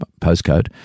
postcode